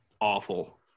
awful